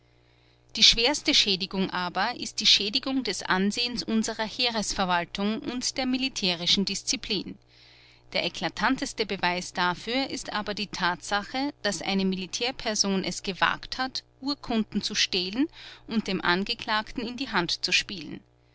die schwerste schädigung aber ist die schädigung des ansehens unserer heeresverwaltung und der militärischen disziplin der eklatanteste beweis dafür ist aber die tatsache daß eine militärperson es gewagt hat urkunden zu stehlen und dem angeklagten in die hand zu spielen